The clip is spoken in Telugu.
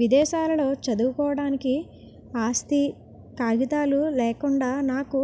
విదేశాలలో చదువుకోవడానికి ఆస్తి కాగితాలు లేకుండా నాకు